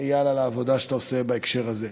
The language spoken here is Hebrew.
איל, על העבודה שאתה עושה בהקשר הזה.